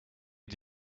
you